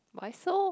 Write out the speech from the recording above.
but I so